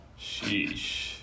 Sheesh